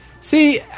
See